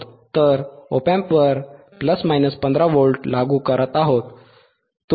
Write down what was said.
तर op amp वर ±15v लागू करत आहोत तुम्ही हे पाहू शकता